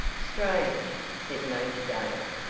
strange, said major dale,